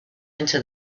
into